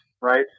right